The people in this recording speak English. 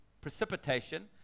precipitation